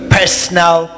personal